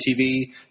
tv